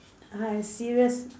uh serious